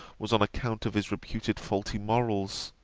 was on account of his reputed faulty morals.